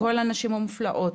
מכל הנשים המופלאות,